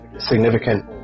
significant